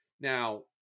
Now